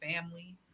family